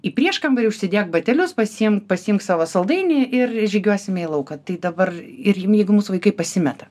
į prieškambarį užsidėk batelius pasiimk pasiimk savo saldainį ir žygiuosime į lauką tai dabar ir jiem jeigu mūsų vaikai pasimeta